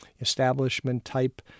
establishment-type